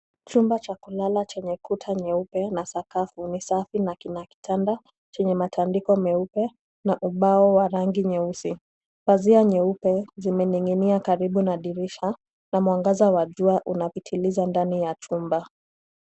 Chumba cha kulala chenye kuta nyeupe, na sakafu ni safi na kuna kitanda chenye matandiko meupe, na ubao wa rangi nyeusi, pazia nyeupe zimening'inia karibu na dirisha na mwangaza wa jua unapitiliza ndani ya chumba.